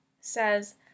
says